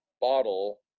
bottle